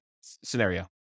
scenario